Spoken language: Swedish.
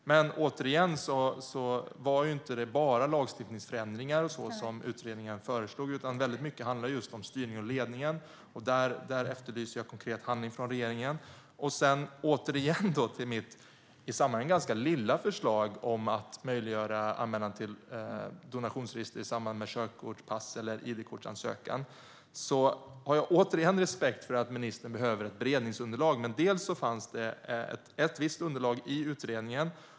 Men det var inte bara lagstiftningsförändringar och så vidare som utredningen föreslog, utan mycket handlade just om styrningen och ledningen. Där efterlyser jag konkret handling från regeringen. Men återigen till mitt i sammanhanget lilla förslag att möjliggöra anmälan till donationsregistret i samband med körkorts-, pass eller id-kortsansökan. Jag har respekt för att ministern behöver ett beredningsunderlag. Men det fanns ett visst underlag i utredningen.